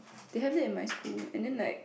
they have it in my school and then like